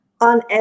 On